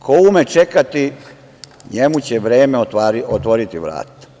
Ko ume čekati njemu će vreme otvoriti vrata.